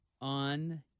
on